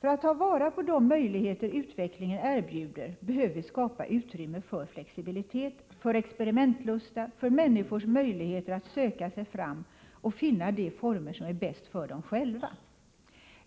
För att ta vara på de möjligheter utvecklingen erbjuder behöver vi skapa utrymme för flexibilitet, för experimentlusta, för människors möjligheter att söka sig fram och finna de former som är bäst för dem själva.